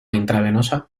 intravenosa